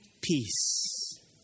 peace